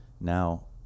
now